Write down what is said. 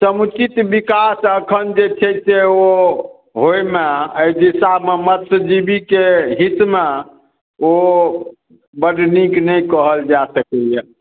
लेकिन समुचित विकास अखन जे छै से ओ होएमे एहि दिशामे मतस्यजीवीके हितमे ओ बड नीक नहि कहल जा सकैया